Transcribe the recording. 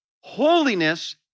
Holiness